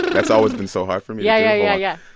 that's always been so hard for me. yeah, yeah yeah, yeah,